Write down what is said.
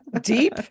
deep